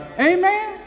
Amen